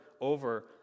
over